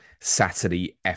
Saturday